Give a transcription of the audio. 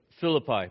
Philippi